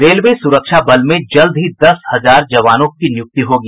railway सुरक्षा बल में जल्द ही दस हजार जवानों की नियुक्ति होगी